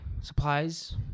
supplies